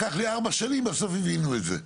לקח לי ארבע שנים, בסוף הבינו את זה.